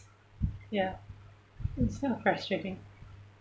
ya it's kind of frustrating